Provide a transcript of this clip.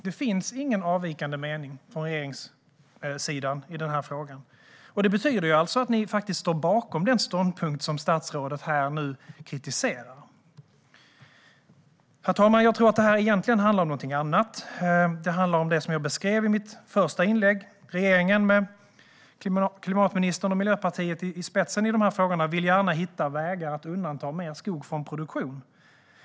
Det finns ingen avvikande mening från regeringssidan i den här frågan, och det betyder ju att man faktiskt står bakom den ståndpunkt som statsrådet nu kritiserar. Herr talman! Jag tror att detta egentligen handlar om någonting annat. Det handlar om det jag beskrev i mitt första inlägg, nämligen att regeringen, med klimatministern och Miljöpartiet i spetsen, i de här frågorna gärna vill hitta vägar att undanta mer skog från produktion.